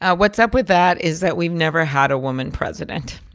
ah what's up with that is that we've never had a woman president.